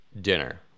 dinner